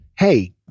hey